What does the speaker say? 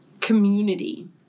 community